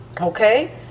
okay